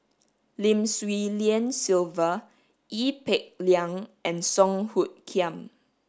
Lim Swee Lian Sylvia Ee Peng Liang and Song Hoot Kiam